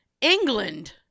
England